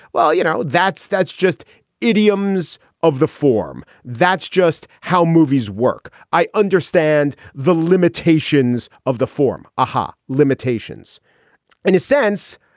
well, you know, that's that's just idioms of the form. that's just how movies work. i understand the limitations of the form. ahar um ah limitations in a sense.